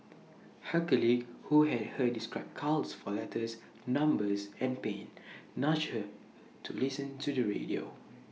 her colleague who had heard her describe cows for letters numbers and pain nudged her to listen to the radio